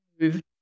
move